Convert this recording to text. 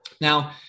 Now